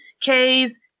K's